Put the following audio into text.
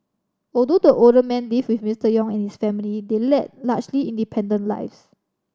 although the older man lived with Mister Yong and his family they led largely independent lives